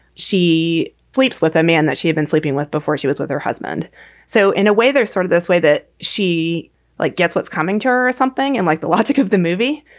she sleeps with a man that she had been sleeping with before she was with her husband so in a way, there's sort of this way that she like gets what's coming to her or something and like the logic of the movie.